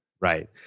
Right